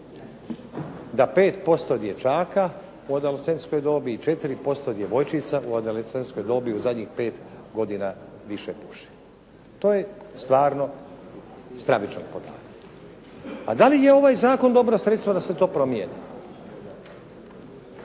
Da 5% dječaka u adolescentskoj dobi i 4% djevojčica u adolescentskoj dobi u zadnjih 5 godina više puši. To je stvarno stravičan podatak. A da li je ovaj zakon dobro sredstvo da se to promijeni?